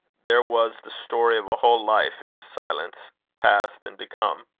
there was the story of a whole life in his silence past and to come.